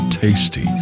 Tasty